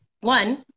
one